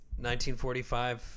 1945